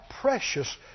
precious